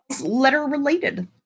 letter-related